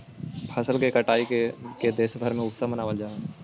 फसल के कटाई के देशभर में उत्सव मनावल जा हइ